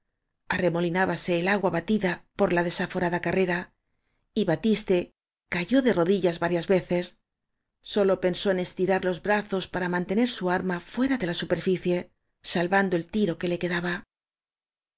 copeta arremolinábase el agua batida por la desaforada carrera y batiste que cayó de ro dillas varias sólo veces pensó en estirar los brazos para mantener su arma fuera de la su perficie salvando el tiro que le quedaba